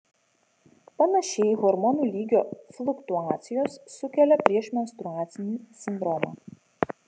panašiai hormonų lygio fluktuacijos sukelia priešmenstruacinį sindromą